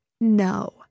no